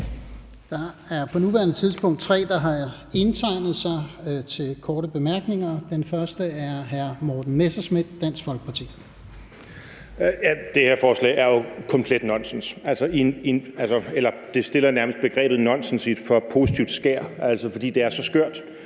Der er på nuværende tidspunkt tre, der har indtegnet sig til korte bemærkninger. Den første er hr. Morten Messerschmidt, Dansk Folkeparti. Kl. 13:38 Morten Messerschmidt (DF): Det her forslag er jo komplet nonsens. Det stiller nærmest begrebet nonsens i et for positivt skær, fordi det er så skørt.